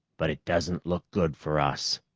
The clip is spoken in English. but it doesn't look good for us!